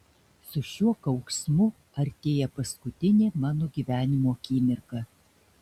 su šiuo kauksmu artėja paskutinė mano gyvenimo akimirka